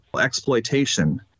exploitation